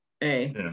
hey